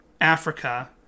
Africa